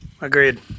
agreed